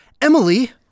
Emily